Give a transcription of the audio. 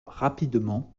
rapidement